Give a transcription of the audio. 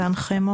מתן חמו